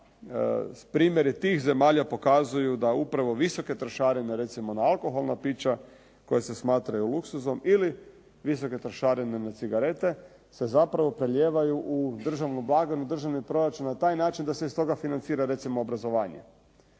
da primjeri tih zemalja pokazuju da upravo visoke trošarine recimo na alkoholna pića koja se smatraju luksuzom ili visoke trošarine na cigarete se zapravo prelijevaju u državnu blagajnu, državni proračun na taj način da se iz toga financira recimo obrazovanje.